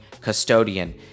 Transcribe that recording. custodian